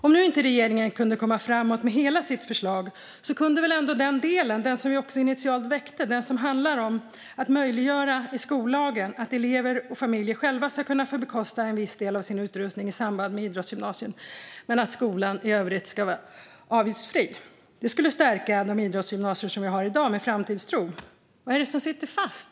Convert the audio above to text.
Om nu inte regeringen kunde komma framåt med hela sitt förslag kunde väl den del som vi initialt väckte, som handlar om att möjliggöra i skollagen att elever och familjer själva ska kunna få bekosta en viss del av sin utrustning i samband med utbildning på idrottsgymnasium men att skolan i övrigt ska vara avgiftsfri, kunna komma framåt? Det skulle stärka de idrottsgymnasier vi har i dag med framtidstro. Vad är det som sitter fast?